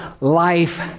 life